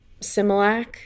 Similac